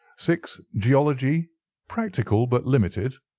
six. geology practical, but limited.